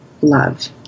love